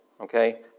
Okay